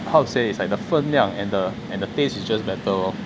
how to say it's like the 分量 and the taste is just better lor